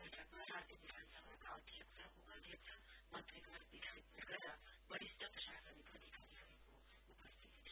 बैठकमा राज्य विधान सभाका अध्यक्ष उपाध्यक्ष मन्त्रीगण विधायक वर्ग र वरिष्ट प्रशासनिक अधिकारीहरुको उपस्थिती थियो